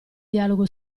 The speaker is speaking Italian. dialogo